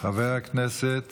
חבר הכנסת